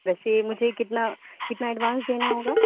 ویسے مجھے کتنا کتنا ایڈوانس دینا ہوگا